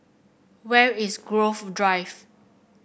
where is Grove Drive